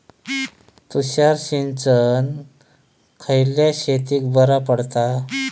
तुषार सिंचन खयल्या शेतीक बरा पडता?